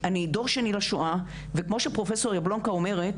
אני דור שני לשואה וכמו שפרופסור יבלונקה אומרת,